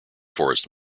forest